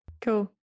Cool